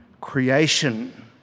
creation